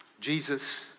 Jesus